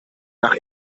nach